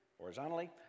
horizontally